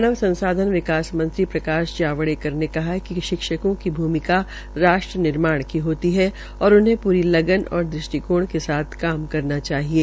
मानव संसाधन विकास मंत्री प्रकाश विड़ेकर ने कहा है कि शिक्षकों की भूमिका राष्ट्र निर्माण की होती है और उन्हें पूरी लगन और दृष्टिकोण के साथ काम करना चाहिये